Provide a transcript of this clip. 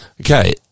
Okay